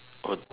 own